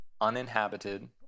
uninhabited